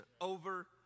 over